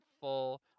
full